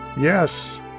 Yes